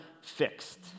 fixed